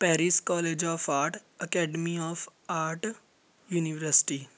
Paris college of art academy of art university